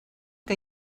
que